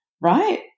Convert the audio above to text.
right